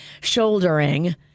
shouldering